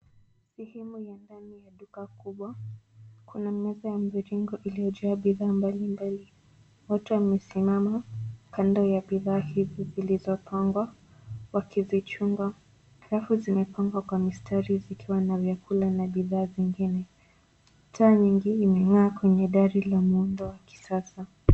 Sehemu ya ndani ya duka kubwa, kuna meza ya mviringo iliyojaa bidhaa mbalimbali, watu wamesimama, kando ya bidhaa hizi zilizopangwa, wakizichunga, rafu zimepangwa kwa mistari zikiwa na vyakula na bidhaa zingine, taa nyingi limengaa kwenye dari la muundo wa kisasa.